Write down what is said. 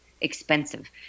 expensive